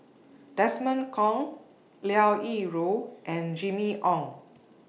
Desmond Kon Liao Yingru and Jimmy Ong